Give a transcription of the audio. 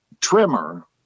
trimmer